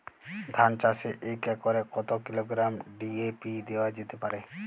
ধান চাষে এক একরে কত কিলোগ্রাম ডি.এ.পি দেওয়া যেতে পারে?